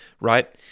right